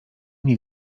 nie